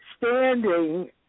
standing